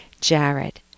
Jared